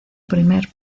primer